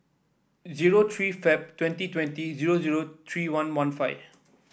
zero three Feb twenty twenty zero zero three one one five